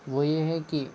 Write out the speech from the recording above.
वो ये हैं कि